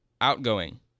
outgoing